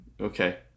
Okay